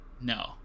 No